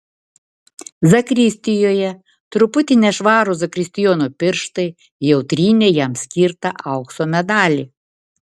zakristijoje truputį nešvarūs zakristijono pirštai jau trynė jam skirtą aukso medalį